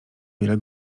wiele